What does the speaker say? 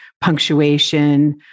punctuation